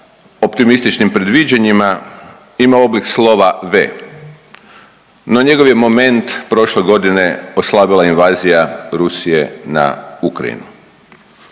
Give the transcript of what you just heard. optimističnim predviđanjima ima oblik slova V, no njegov je moment prošle godine oslabila invazija Rusije na Ukrajinu.